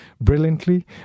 brilliantly